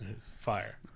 Fire